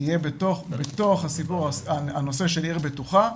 בתוך הנושא של עיר בטוחה,